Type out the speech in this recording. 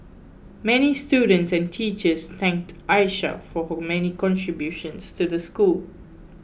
many students and teachers thanked Aisha for her many contributions to the school